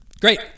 Great